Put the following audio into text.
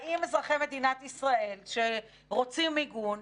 האם אזרחי מדינת ישראל שרוצים מיגון,